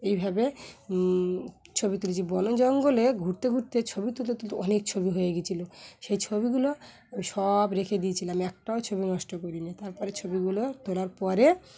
এইভাবে ছবি তুলেছি বন জঙ্গলে ঘুরতে ঘুরতে ছবি তুলতে তুলতে অনেক ছবি হয়ে গিয়েছিলো সেই ছবিগুলো আমি সব রেখে দিয়েছিলাম একটাও ছবি নষ্ট করিনি তারপরে ছবিগুলো তোলার পরে